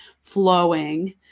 flowing